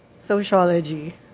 Sociology